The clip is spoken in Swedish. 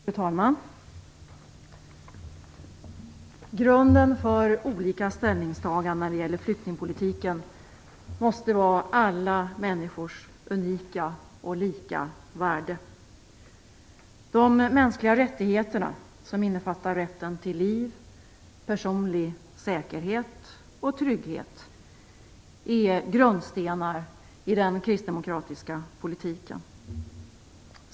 Fru talman! Grunden för olika ställningstaganden när det gäller flyktingpolitiken måste vara alla människors unika och lika värde. De mänskliga rättigheterna, som innefattar rätten till liv, personlig säkerhet och trygghet, är grundstenar i den kristdemokratiska politiken.